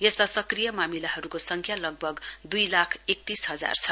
यस्ता सक्रिय मामिलाहरूको संख्या लगभग दुई लाख एकतीस हजार छ